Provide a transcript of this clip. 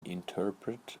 interpret